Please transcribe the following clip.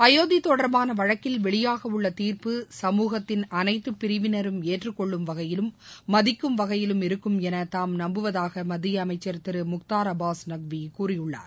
அயோத்திதொடர்பானவழக்கில் வெளியாகஉள்ளதீர்ப்பு சமூகத்தின் அனைத்துப் ஏற்றுக்கொள்ளும் வகையிலும் மதிக்கும் வகையிலும் இருக்கும் எனதாம் நம்புவதாகமத்தியஅமைச்சா் திருமுக்தார் அப்பஸ் நக்விகூறியுள்ளார்